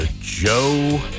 Joe